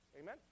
Amen